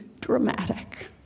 dramatic